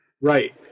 right